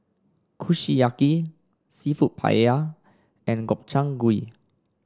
Kushiyaki seafood Paella and Gobchang Gui